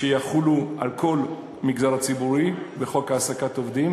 שיחולו על כל המגזר הציבורי, בחוק העסקת עובדים